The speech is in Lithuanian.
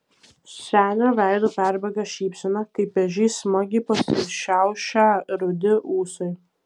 senio veidu perbėga šypsena kaip ežys smagiai pasišiaušę rudi ūsai